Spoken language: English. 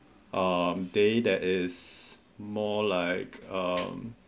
um day that is more like um